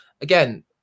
Again